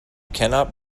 cannot